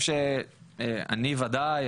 אני ודאי,